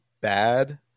bad